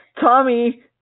Tommy